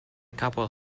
couple